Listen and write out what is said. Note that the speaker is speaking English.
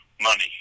money